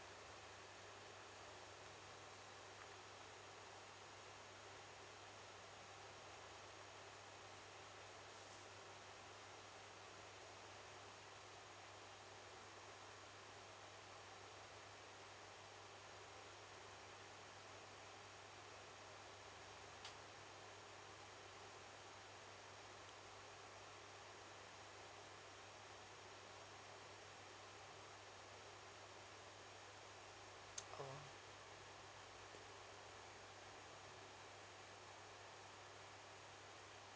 oh